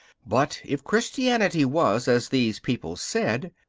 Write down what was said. but if christianity was, as these people said,